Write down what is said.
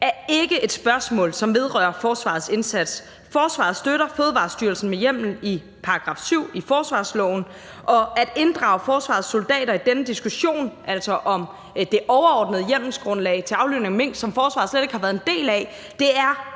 er ikke et spørgsmål, som vedrører forsvarets indsats. Forsvaret støtter Fødevarestyrelsen med hjemmel i § 7 i forsvarsloven, og at inddrage forsvarets soldater i denne diskussion, altså om det overordnede hjemmelsgrundlag til aflivning af mink, som forsvaret slet ikke har været en del af, er